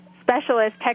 specialist